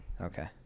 Okay